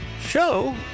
show